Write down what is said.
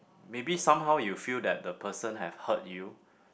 maybe somehow you feel that the person have hurt you